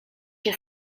się